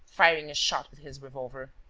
firing a shot with his revolver.